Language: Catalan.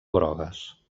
grogues